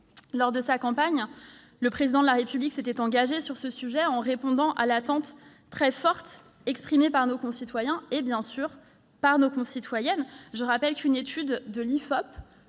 Lors de sa campagne, le Président de la République s'était engagé sur ce sujet, répondant à l'attente très forte exprimée par nos concitoyens et, bien sûr, par nos concitoyennes. Je rappelle qu'une étude très